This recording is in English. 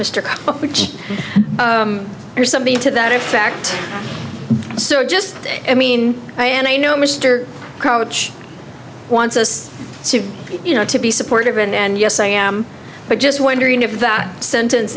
district mr rich or something to that effect so just i mean i and i know mr crouch wants us to you know to be supportive and yes i am but just wondering if that sentence